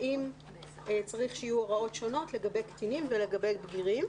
האם צריך שיהיו הוראות שונות לגבי קטינים ולגבי בגירים.